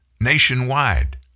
nationwide